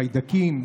חיידקים,